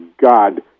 God